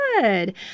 Good